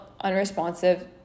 unresponsive